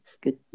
good